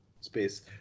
space